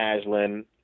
Aslan